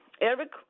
Eric